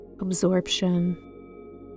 absorption